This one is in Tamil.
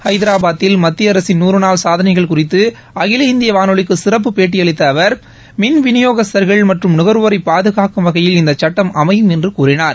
ஐதராபாத்தில் மத்திய அரசின் நூறு நாள் சாதனைகள் குறித்து அகில இந்திய வானொலிக்கு சிறப்பு பேட்டியளித்த அவர் மின் விநியோகஸ்தர்கள் மற்றும் நுகர்வோரை பாதுகாக்கும் வகையில் இந்த சுட்டம் அமையும் என்று கூறினார்